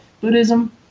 Buddhism